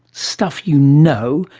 stuff you know,